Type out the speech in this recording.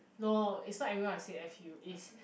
no it's not everyone I say F you it's